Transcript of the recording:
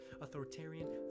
Authoritarian